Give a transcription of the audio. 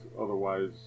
otherwise